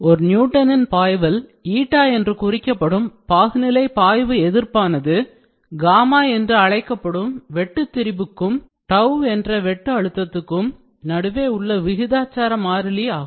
ஒரு நியூட்டனின் பாய்வில் eta என்று குறிக்கப்படும் பாகுநிலை பாய்வு எதிர்ப்பானது gamma என்று அழைக்கப்படும் வெட்டுதிரிபுக்கும் shear strain பிரயோகிக்கப்பட்ட tau என்ற வெட்டு அழுத்தத்துக்கும் applied shear stress நடுவே உள்ள விகிதாச்சார மாறிலி constant of proportionality ஆகும்